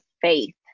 faith